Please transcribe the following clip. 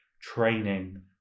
training